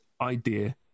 idea